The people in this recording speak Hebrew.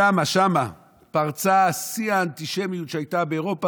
שם, שם פרצה שיא האנטישמיות שהייתה באירופה.